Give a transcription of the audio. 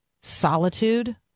solitude